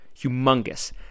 humongous